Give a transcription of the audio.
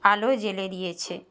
আলো জ্বেলে দিয়েছে